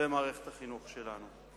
במערכת החינוך שלנו.